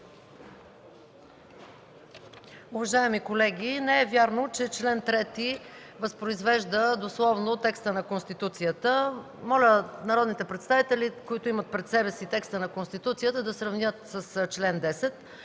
Уважаеми колеги, не е вярно, че чл. 3 възпроизвежда дословно текста на Конституцията. Моля народните представители, които имат пред себе си текста на Конституцията, да сравнят с чл. 10.